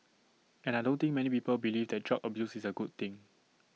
and I don't think many people believe that drug abuse is A good thing